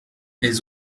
elles